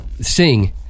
sing